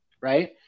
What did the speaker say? Right